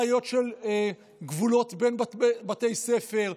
בעיות של גבולות בין בתי ספר,